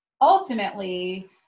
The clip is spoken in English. ultimately